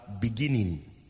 beginning